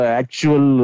actual